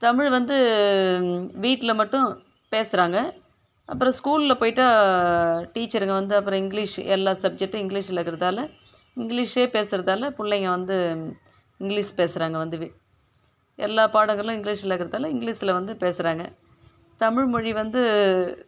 தமிழ் வந்து வீட்டில் மட்டும் பேசுகிறாங்க அப்புறம் ஸ்கூலில் போயிட்டால் டீச்சருங்க வந்து அப்புறம் இங்கிலீஷ் எல்லா சப்ஜெட்டும் இங்கிலீஷில் இருக்கிறதால இங்கிலீஷே பேசுறதால் பிள்ளைங்க வந்து இங்கிலீஷ் பேசுகிறாங்க வந்து வீ எல்லா பாடங்களும் இங்கிலீஷில் இருக்கறதால் இங்கிலீஷில் வந்து பேசுகிறாங்க தமிழ் மொழி வந்து